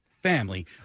Family